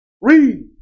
Read